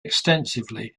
extensively